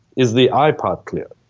is the i part clear?